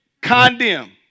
condemn